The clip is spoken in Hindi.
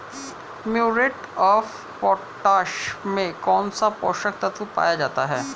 म्यूरेट ऑफ पोटाश में कौन सा पोषक तत्व पाया जाता है?